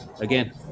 Again